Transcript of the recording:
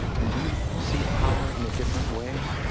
and do you see power in a different way?